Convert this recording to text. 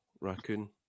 raccoon